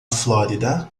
flórida